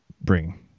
bring